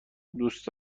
دوست